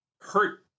hurt